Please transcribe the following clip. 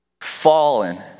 fallen